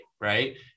right